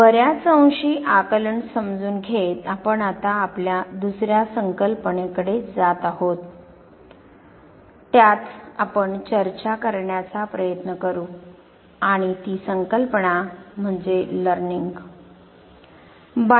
बऱ्याच अंशी आकलन समजून घेत आपण आता आपल्या दुसर्या संकल्पने कडे जात आहोत त्यात आपण चर्चा करण्याचा प्रयत्न करू आणि ती संकल्पना म्हणजे शिकणे